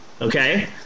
okay